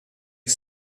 que